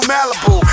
Malibu